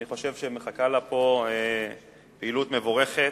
אני חושב שמחכה לה פה פעילות מבורכת,